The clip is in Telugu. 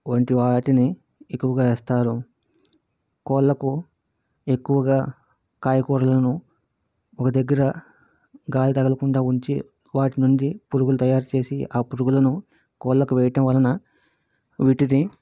వంటి వాటిని ఎక్కువుగా ఏస్తారు కోళ్ళకు ఎక్కువుగా కాయకూరలను ఓక దగ్గర గాలి తగలకుండా ఉంచి వాటి నుండి పురుగులను తయారు చేసి ఆ పురుగులను కోళ్ళకు వేయటం వలన వీటిని